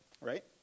Right